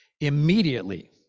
Immediately